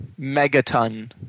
megaton